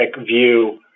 view